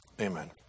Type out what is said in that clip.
Amen